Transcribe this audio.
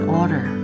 order